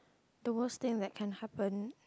the worst thing that can happen